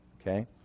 Okay